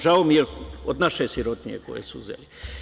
Žao mi je jer je od naše sirotinje koje su uzeli.